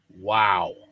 Wow